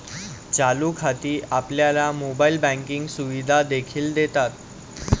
चालू खाती आपल्याला मोबाइल बँकिंग सुविधा देखील देतात